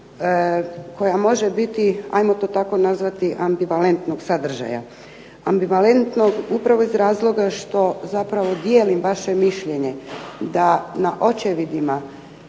koja može biti ajmo to tako nazvati ambivalentnog sadržaja. Ambivalentnog upravo iz razloga što zapravo dijelim vaše mišljenje da na očevidima,